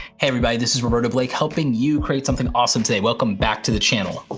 hey everybody, this is roberto blake, helping you create something awesome today. welcome back to the channel.